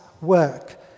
work